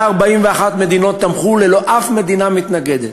141 מדינות תמכו, ללא שום מדינה מתנגדת,